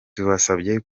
tubasabye